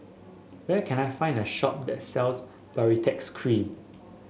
where can I find a shop that sells Baritex Cream